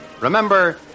Remember